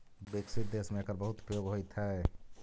विकसित देश में एकर बहुत उपयोग होइत हई